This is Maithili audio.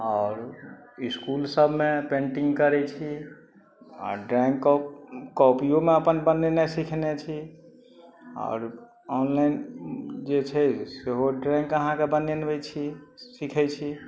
आओर इसकुल सबमे पेन्टिंग करै छी आ ड्रॉइंग कॉप कॉपियोमे अपन बनेने सीखने छी आओर ऑनलाइन जे छै सेहो ड्रॉइंग अहाँके बनबै छी सीखै छी